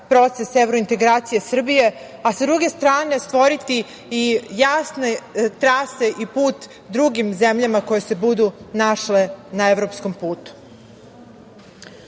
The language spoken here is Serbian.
proces evrointegracija Srbije, a sa druge strane stvoriti i jasne trase i put drugim zemljama koje se budu našle na evropskom putu. Ako